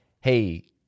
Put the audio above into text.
hey